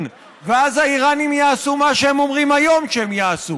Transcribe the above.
ואז האיראנים יעשו מה שהם אומרים היום שהם יעשו,